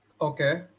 Okay